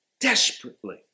desperately